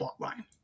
plotline